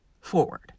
forward